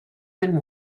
than